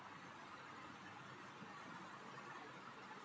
पृथ्वी पर जल ठोस, वाष्प और तरल रूप में है